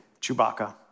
Chewbacca